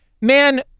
man